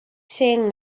saying